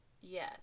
Yes